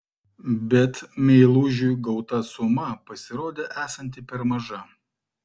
bet meilužiui gauta suma pasirodė esanti per maža